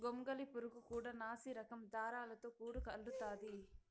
గొంగళి పురుగు కూడా నాసిరకం దారాలతో గూడు అల్లుతాది